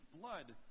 blood